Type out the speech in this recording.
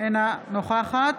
אינה נוכחת